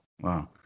Wow